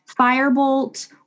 Firebolt